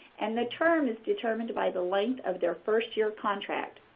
and the term is determined by the length of their first-year contract.